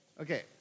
Okay